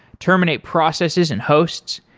terminate processes and hosts.